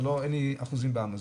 אין לי אחוזים באמזון,